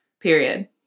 Period